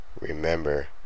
remember